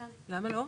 כן, למה לא?